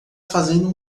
fazendo